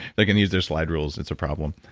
they can use their slide rules, it's a problem.